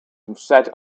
set